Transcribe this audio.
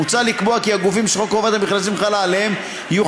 מוצע לקבוע כי הגופים שחוק חובת המכרזים חל עליהם יהיו